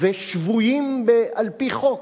ושבויים על-פי חוק,